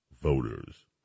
voters